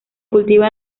cultiva